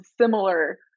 similar